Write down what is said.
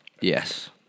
Yes